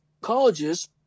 colleges